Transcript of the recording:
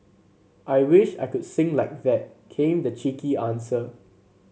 I wish I could sing like that came the cheeky answer